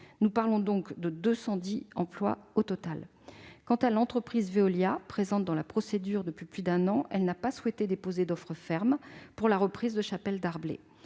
Nous parlons donc de 210 emplois au total. Quant à l'entreprise Veolia, présente dans la procédure depuis plus d'un an, elle n'a pas souhaité déposer d'offre ferme pour la reprise de Chapelle Darblay.